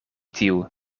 tiu